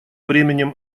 временем